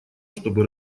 чтобы